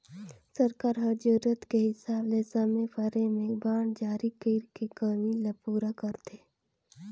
सरकार ह जरूरत के हिसाब ले समे परे में बांड जारी कइर के कमी ल पूरा करथे